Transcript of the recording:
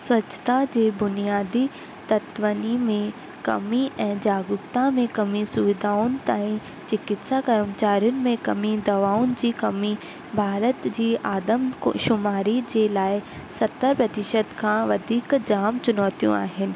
स्वच्छता जे बुनियादी तत्वनि में कमी ऐं जागरुकता में कमी सुविधाउनि ताईं चिकित्सा कर्मचारियुनि में कमी दवाउनि जी कमी भारत जी आदम शुमारी जे लाइ सतरि प्रतिशत खां वधीक जाम चुनौतियूं आहिनि